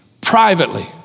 Privately